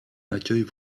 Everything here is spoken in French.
accueille